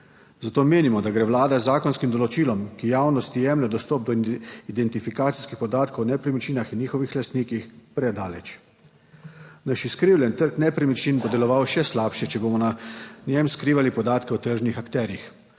zato menimo, da gre Vlada z zakonskim določilom, ki javnosti jemlje dostop do identifikacijskih podatkov o nepremičninah in njihovih lastnikih predaleč. Naš izkrivljen trg nepremičnin bo deloval še slabše, če bomo na njem skrivali podatke o tržnih akterjih.